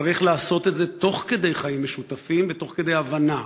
נצטרך לעשות את זה תוך כדי חיים משותפים ותוך כדי הבנה.